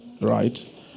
right